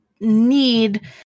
need